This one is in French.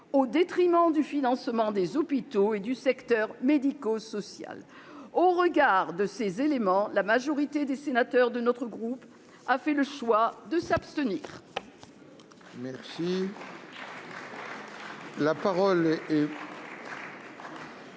au détriment du financement des hôpitaux et du secteur médico-social. Au regard de ces éléments, la majorité des sénateurs de notre groupe a fait le choix de s'abstenir.